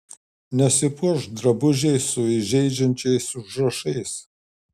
nesipuošk drabužiais su įžeidžiais užrašais